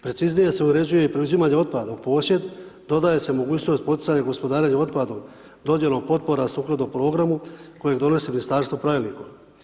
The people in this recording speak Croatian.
Preciznije se uređuje i preuzimanje otpada u posjed dodaje se mogućnost poticanje gospodarenje otpadom, dodjelom potporu sukladno programu koje donosi ministarstvo pravilnikom.